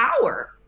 power